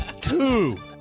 two